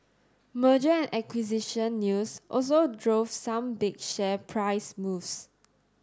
merger and acquisition news also drove some big share price moves